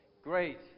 Great